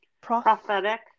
prophetic